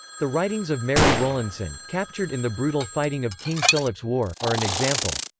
the writings of mary rowlandson, captured in the brutal fighting of king philip's war, are an example.